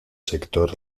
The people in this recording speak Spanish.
sector